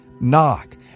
Knock